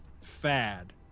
fad